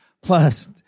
plus